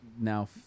now